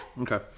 Okay